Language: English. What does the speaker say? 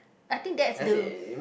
I think that is though